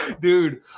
dude